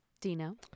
Dino